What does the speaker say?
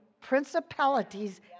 principalities